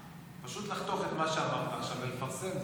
פשוט לחתוך את מה שאמרת עכשיו ולפרסם.